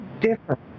different